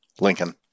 Lincoln